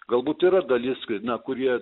galbūt yra dalis viena kurie